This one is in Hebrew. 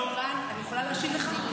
רון, אני יכולה להשיב לך?